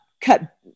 cut